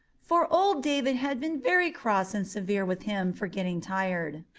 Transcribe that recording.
for old david had been very cross and severe with him for getting tired,